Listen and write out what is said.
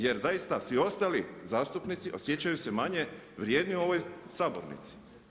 Jer zaista svi ostali zastupnici osjećaju se manje vrijednima u ovoj sabornici.